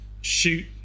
shoot